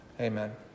amen